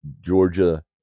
Georgia